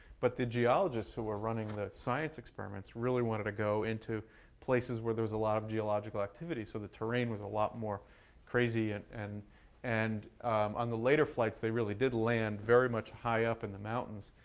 but the geologists who were running the science experiments, really wanted to go into places where there was a lot of geological activity, so the terrain was a lot more crazy. and and and on the later flights, they really did land very much high up in the mountains.